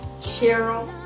Cheryl